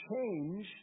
change